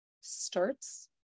starts